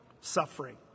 suffering